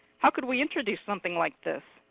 how could we introduce something like this?